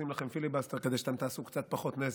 עושים לכם פיליבסטר כדי שאתם תעשו קצת פחות נזק.